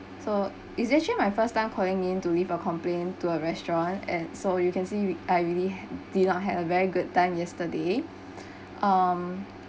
so it's actually my first time calling in to leave a complaint to a restaurant and so you can see we I really did not had a very good time yesterday um